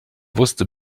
wusste